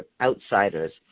outsiders